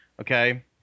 okay